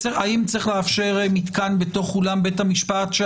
האם צריך לאפשר מתקן בתוך אולם בית המשפט?